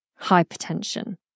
hypertension